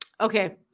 Okay